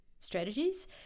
strategies